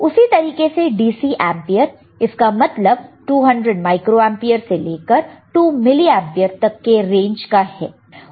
उसी तरीके से DC एंपियर इसका मतलब 200 माइक्रो एंपियर से लेकर 2 मिली एंपियर तक का रेंज है